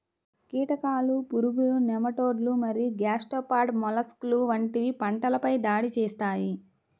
కీటకాలు, పురుగులు, నెమటోడ్లు మరియు గ్యాస్ట్రోపాడ్ మొలస్క్లు వంటివి పంటలపై దాడి చేస్తాయి